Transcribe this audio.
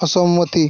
অসম্মতি